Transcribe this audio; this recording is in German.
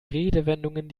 redewendungen